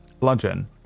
bludgeon